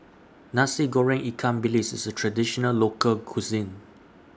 Nasi Goreng Ikan Bilis IS A Traditional Local Cuisine